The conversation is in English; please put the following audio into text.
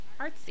artsy